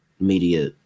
media